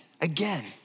again